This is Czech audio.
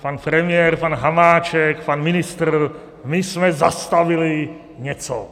Pan premiér, pan Hamáček, pan ministr my jsme zastavili něco.